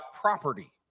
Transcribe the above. property